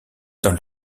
dans